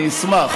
אני אשמח.